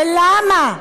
למה?